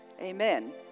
amen